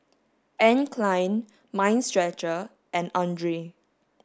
Anne Klein Mind Stretcher and Andre